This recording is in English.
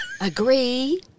Agree